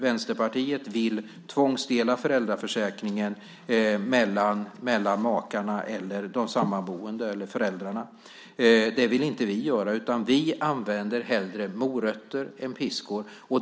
Vänsterpartiet vill tvångsdela föräldraförsäkringen mellan föräldrarna - makarna eller de sammanboende. Det vill inte vi göra. Vi använder hellre morötter än piskor.